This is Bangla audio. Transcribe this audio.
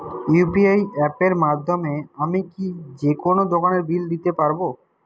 ইউ.পি.আই অ্যাপের মাধ্যমে আমি কি যেকোনো দোকানের বিল দিতে পারবো?